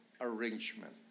arrangement